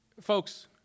Folks